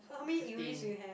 fifteen